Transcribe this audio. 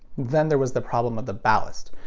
then there was the problem of the ballast.